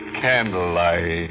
candlelight